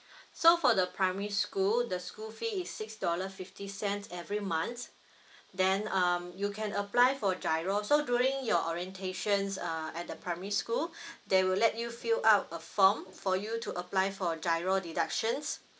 so for the primary school the school fee is six dollar fifty cents every month then um you can apply for giro so during your orientations uh at the primary school they will let you fill up a form for you to apply for giro deductions